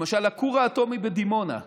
למשל הכור האטומי בדימונה,